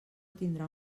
tindrà